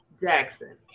Jackson